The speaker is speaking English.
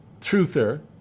truther